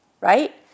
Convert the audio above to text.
right